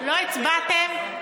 לא הצבעתם?